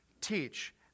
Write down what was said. teach